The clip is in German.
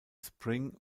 spring